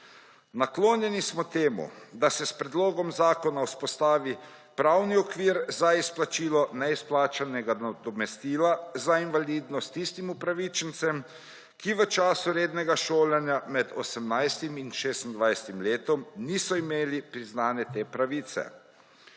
Naklonjeni smo temu, da se s predlogom zakona vzpostavi pravni okvir za izplačilo neizplačanega nadomestila za invalidnost tistim upravičencem, ki v času rednega šolanja med 18. in 26. letom niso imeli priznane te pravice.